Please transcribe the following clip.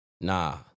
Nah